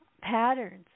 patterns